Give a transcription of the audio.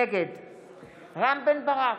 נגד רם בן ברק,